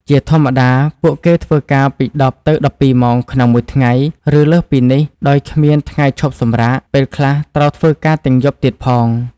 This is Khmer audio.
ជាធម្មតា ពួកគេធ្វើការពី ១០ ទៅ ១២ ម៉ោងក្នុងមួយថ្ងៃ ឬលើសពីនេះ ដោយគ្មានថ្ងៃឈប់សម្រាក ពេលខ្លះត្រូវធ្វើការទាំងយប់ទៀតផង។